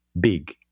big